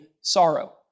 sorrow